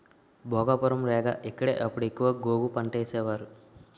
భోగాపురం, రేగ ఇక్కడే అప్పుడు ఎక్కువ గోగు పంటేసేవారు